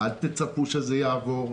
אל תצפו שזה יעבור,